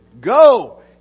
Go